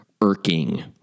irking